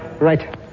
Right